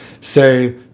say